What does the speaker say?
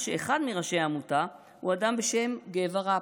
שאחד מראשי העמותה הוא אדם בשם גבע ראפ,